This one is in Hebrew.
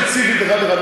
לא ספציפית אחד-אחד.